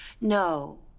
no